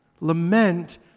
Lament